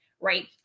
right